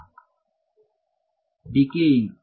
ವಿದ್ಯಾರ್ಥಿ ಡಿಕೆಯಿಂಗು